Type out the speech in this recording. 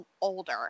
older